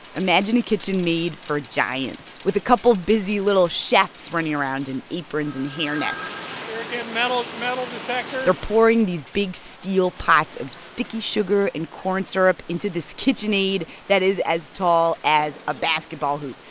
imagine a kitchen made for giants with a couple of busy little chefs running around in aprons and hairnets here they're pouring these big steel pots of sticky sugar and corn syrup into this kitchenaid that is as tall as a basketball hoop.